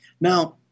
Now